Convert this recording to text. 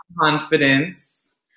confidence